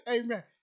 Amen